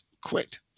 quit